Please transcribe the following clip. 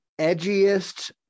edgiest